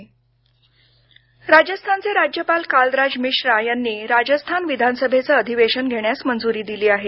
राजस्थान राजस्थानचे राज्यपाल कालराज मिश्रा यांनी राजस्थान विधानसभेचं अधिवेशन घेण्यास मंजुरी दिली आहे